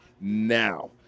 now